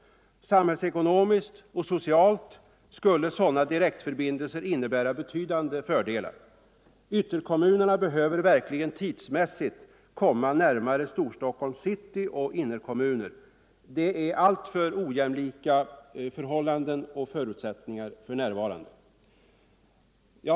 Samhällsekonomiskt och socialt — postkontor i skulle sådana direktförbindelser innebära betydande fördelar. Ytterkom = Stockholm munerna behöver verkligen tidsmässigt komma närmare Storstockholms city och innerkommuner. Det är alltför ojämlika förhållanden och förutsättningar för närvarande.